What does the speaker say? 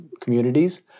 communities